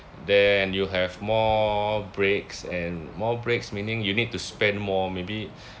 then and you have more breaks and more breaks meaning you need to spend more maybe